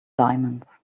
diamonds